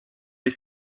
les